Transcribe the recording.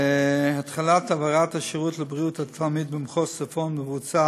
התחלת העברת השירות לבריאות התלמיד במחוז צפון מבוצעת